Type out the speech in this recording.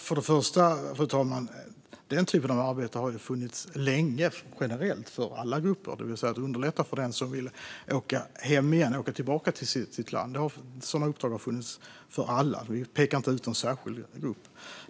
Fru talman! Först och främst: Den typen av arbete har funnits länge generellt för alla grupper, det vill säga att underlätta för den som vill åka hem igen och åka tillbaka till sitt land. Sådana uppdrag har funnits för alla; vi pekar inte ut någon särskild grupp.